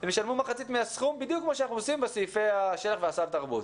הם ישלמו מחצית מהסכום בדיוק כמו בסעיפי של"ח וסל התרבות.